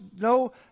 no